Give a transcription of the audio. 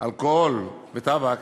אלכוהול וטבק